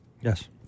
Yes